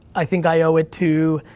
i think i owe it to,